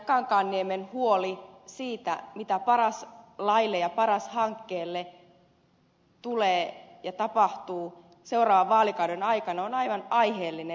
kankaanniemen huoli siitä mitä paras laille ja paras hankkeelle tulee käymään ja tapahtuu seuraavan vaalikauden aikana on aivan aiheellinen